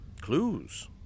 Clues